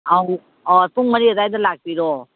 ꯑꯧ ꯑꯧ ꯄꯨꯡ ꯃꯔꯤ ꯑꯗꯥꯏꯗ ꯂꯥꯛꯄꯤꯔꯣ